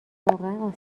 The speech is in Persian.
واقعا